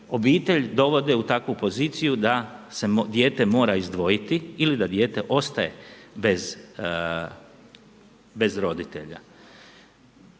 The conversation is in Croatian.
obitelj dovode u takvu poziciju da se dijete mora izdvojiti ili da dijete ostaje bez roditelja.